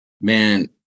man